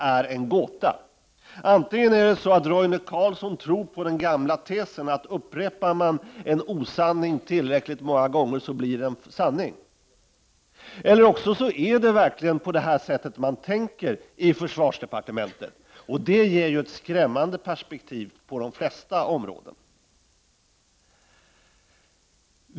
1989/90:46 Antingen är det så att Roine Carlsson tror på den gamla tesen att upprepar — 14 december 1989 man en osanning tillräckligt många gånger blir den sanning, eller också tä ZH ker man verkligen på det sättet i försvarsdepartementet. Det är då ett skrämmande perspektiv på de flesta områden.